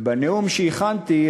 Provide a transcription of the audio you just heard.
ובנאום שהכנתי,